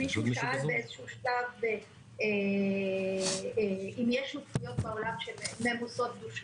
מישהו שאל באיזה שהוא שלב אם יש שותפויות בעולם שממוסות דו שלבי,